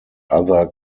other